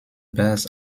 bars